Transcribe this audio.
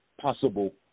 possible